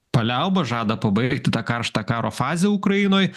paliaubas žada pabaigti tą karštą karo fazę ukrainoj